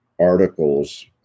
articles